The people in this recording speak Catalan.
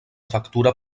factura